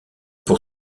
pour